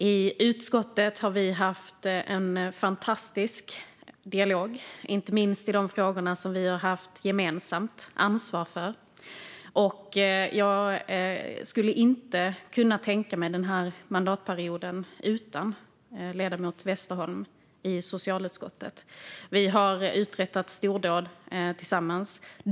I utskottet har vi haft en fantastisk dialog, inte minst i de frågor som vi har haft gemensamt ansvar för. Jag skulle inte kunna tänka mig den här mandatperioden utan ledamoten Westerholm i socialutskottet. Vi har uträttat stordåd tillsammans.